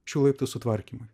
šių laiptų sutvarkymui